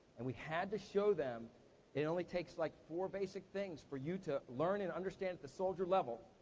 and we had to show them it only takes like four basic things for you to learn and understand at the soldier level,